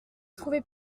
trouvais